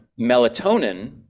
melatonin